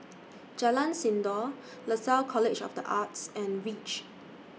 Jalan Sindor Lasalle College of The Arts and REACH